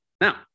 Now